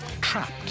trapped